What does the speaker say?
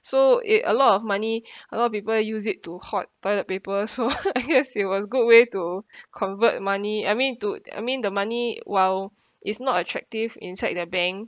so it a lot of money a lot of people use it to hoard toilet paper so yes it was good way to convert money I mean to I mean the money while it's not attractive inside the bank